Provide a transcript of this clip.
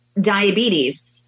diabetes